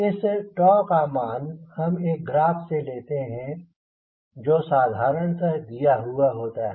इस का मान हम एक ग्राफ से लेते हैं जो साधारणतः दिया हुआ होता है